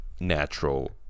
natural